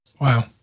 Wow